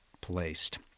placed